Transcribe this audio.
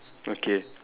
okay